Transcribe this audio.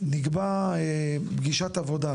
נקבע פגישת עבודה,